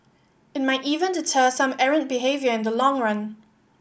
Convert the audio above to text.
it might even deter some errant behaviour in the long run